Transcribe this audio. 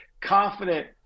confident –